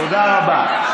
תודה רבה.